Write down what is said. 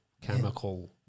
chemical